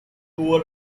what